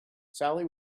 sally